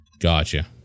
Gotcha